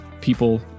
people